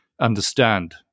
understand